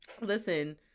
listen